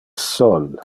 sol